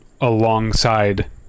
alongside